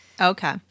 Okay